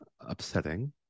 upsetting